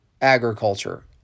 agriculture